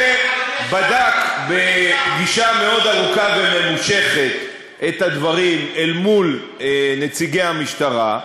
ובדק בפגישה מאוד ארוכה וממושכת את הדברים אל מול נציגי המשטרה,